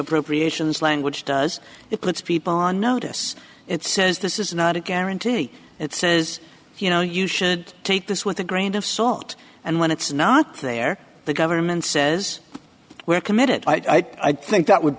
appropriations language does it puts people on notice it says this is not a guarantee that says you know you should take this with a grain of salt and when it's not there the government says is we're committed i think that would